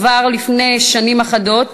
כבר לפני שנים אחדות